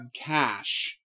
cash